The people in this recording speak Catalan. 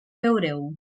veureu